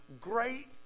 great